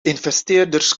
investeerders